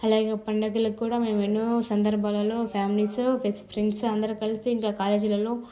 అలాగే పండగలకి కూడా మేము ఎన్నో సందర్భాలలో ఫ్యామిలీస్ బెస్ట్ ఫ్రెండ్స్ అందరు కలిసి ఇంక కాలేజీలలో